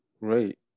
Right